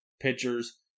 pitchers